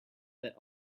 that